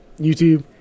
YouTube